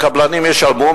הקבלנים ישלמו,